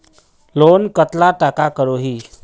Loan कतला टाका करोही?